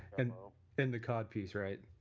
and and the codpiece, right